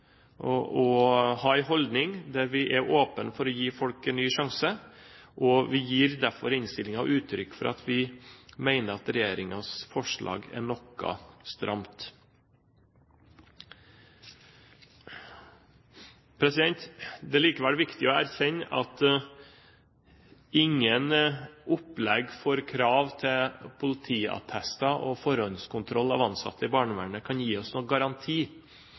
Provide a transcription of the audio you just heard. viktig å ha en holdning der vi er åpne for å gi folk en ny sjanse, og vi gir derfor i innstillingen uttrykk for at vi mener at regjeringens forslag er noe stramt. Det er likevel viktig å erkjenne at ingen opplegg for krav til politiattester og forhåndskontroll av ansatte i barnevernet kan gi oss noen garanti